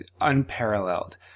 unparalleled